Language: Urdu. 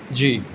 جی